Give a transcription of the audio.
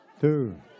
Two